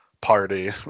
party